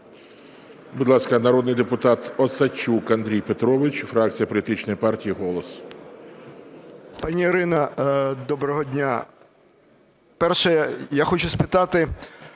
Пані Ірино, доброго дня! По-перше, я хочу спитати